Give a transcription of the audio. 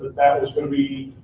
that that was going to be